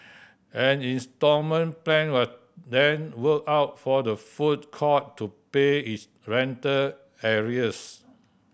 an instalment plan was then worked out for the food court to pay its rental arrears